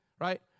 right